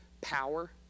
power